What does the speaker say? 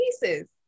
pieces